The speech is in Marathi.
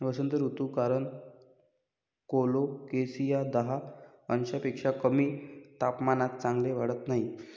वसंत ऋतू कारण कोलोकेसिया दहा अंशांपेक्षा कमी तापमानात चांगले वाढत नाही